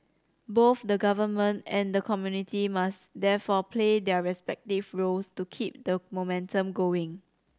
both the government and the community must therefore play their respective roles to keep the momentum going